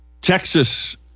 Texas